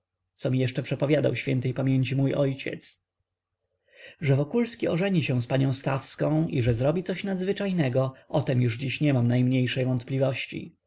co mi jeszcze przepowiadał ś p mój ojciec że wokulski ożeni się z panią stawską i że zrobi coś nadzwyczajnego o tem już dziś nie mam najmniejszej wątpliwości